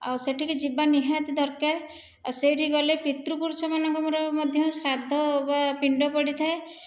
ଆଉ ସେଠିକି ଯିବା ନିହାତି ଦରକାର ଆଉ ସେଇଠିକି ଗଲେ ପିତୃ ପୁରୁଷ ମାନଙ୍କ ମଧ୍ୟ ଶ୍ରାଦ୍ଧ ବା ପିଣ୍ଡ ପଡ଼ିଥାଏ